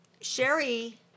Sherry